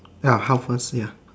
ya how first ya